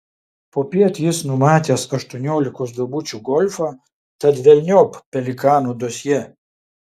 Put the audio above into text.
popiet jis numatęs aštuoniolikos duobučių golfą tad velniop pelikano dosjė